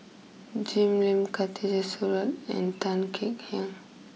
Jim Lim Khatijah and Tan Kek Hiang